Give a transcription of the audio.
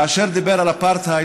כאשר דיבר על אפרטהייד,